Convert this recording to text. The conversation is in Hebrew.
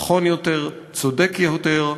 נכון יותר, צודק יותר,